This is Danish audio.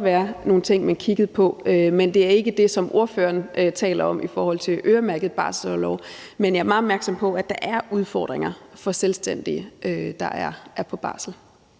være nogle ting, man kunne kigge på, men det handler ikke om det, som ordføreren taler om i forhold til øremærket barselsorlov. Men jeg er meget opmærksom på, at der er udfordringer for selvstændige, der er på barsel.